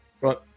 Right